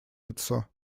лицо